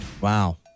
Wow